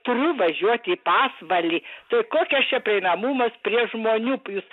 turiu važiuot į pasvalį tai kokios čia prieinamumas prie žmonių jūs